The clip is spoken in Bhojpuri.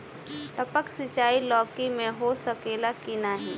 टपक सिंचाई लौकी में हो सकेला की नाही?